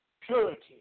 purity